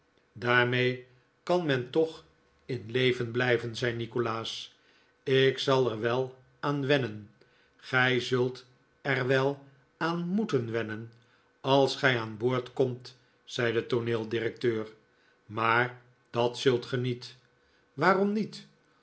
daarmee kan men toch in leven blijven zei nikolaas r ik zal er wel aan wennen gij zult er wel aan moeten wennen als gij aan boord komt zei de tooneeldirecteur maar dat zult ge niet waarom niet